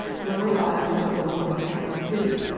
lower body to floor on count three.